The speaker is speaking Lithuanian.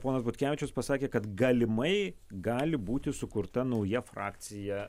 ponas butkevičius pasakė kad galimai gali būti sukurta nauja frakcija